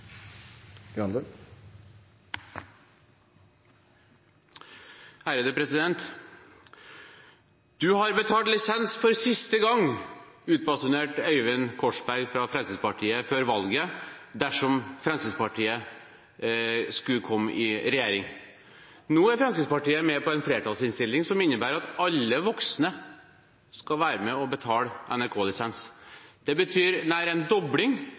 siste gang! Det utbasunerte Øyvind Korsberg fra Fremskrittspartiet før valget – dersom Fremskrittspartiet skulle komme i regjering. Nå er Fremskrittspartiet med på en flertallsinnstilling som innebærer at alle voksne skal være med på å betale NRK-lisens. Det betyr nær en dobling